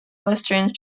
western